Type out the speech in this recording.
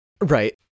Right